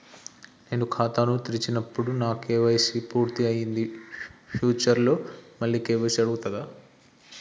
నేను ఖాతాను తెరిచినప్పుడు నా కే.వై.సీ పూర్తి అయ్యింది ఫ్యూచర్ లో మళ్ళీ కే.వై.సీ అడుగుతదా?